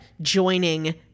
joining